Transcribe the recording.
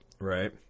Right